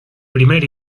primer